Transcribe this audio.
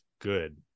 good